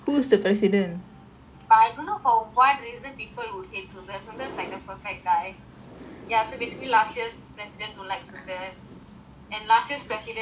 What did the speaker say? but I don't know for what reason people would hate sundra sundra is like the perfect guy ya so basically last ya's president don't like sundra and last year's president got err